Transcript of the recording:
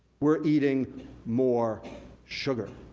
we're eating more sugar.